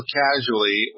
casually